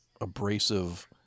abrasive